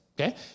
Okay